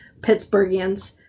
Pittsburghians